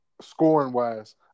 scoring-wise